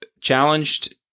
challenged